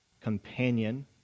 companion